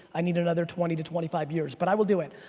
i need another twenty twenty five years but i will do it.